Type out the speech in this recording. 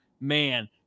man